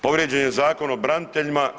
Povrijeđen je Zakon o braniteljima.